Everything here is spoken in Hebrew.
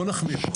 בואו נחמיר.